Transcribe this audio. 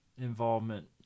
involvement